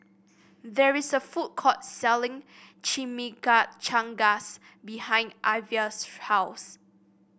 there is a food court selling Chimichangas behind Ivah's house